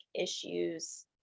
issues